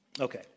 Okay